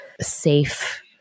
safe